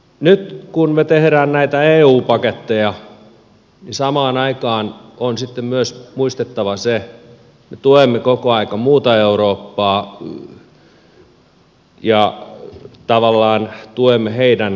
nyt kun me teemme näitä eu paketteja samaan aikaan on sitten myös muistettava se että me tuemme koko ajan muuta eurooppaa ja tavallaan tuemme heidän toimintaansa